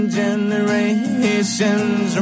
generations